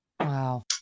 Wow